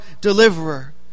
deliverer